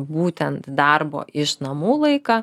būtent darbo iš namų laiką